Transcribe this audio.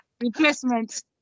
replacement